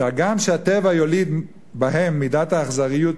שהגם שהטבע יוליד בהם מידת האכזריות